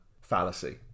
fallacy